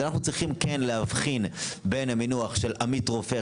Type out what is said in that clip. אז אנחנו צריכים כן להבחין בין המינוח של עמית רופא,